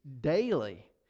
daily